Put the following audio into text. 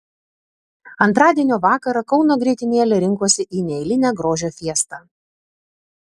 antradienio vakarą kauno grietinėlė rinkosi į neeilinę grožio fiestą